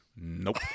Nope